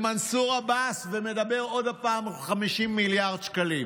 למנסור עבאס, ומדבר עוד פעם על 50 מיליארד שקלים.